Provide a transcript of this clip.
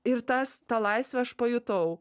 ir tas tą laisvę aš pajutau